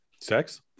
sex